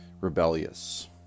rebellious